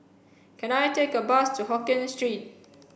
can I take a bus to Hokkien Street